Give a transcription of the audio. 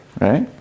Right